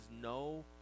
no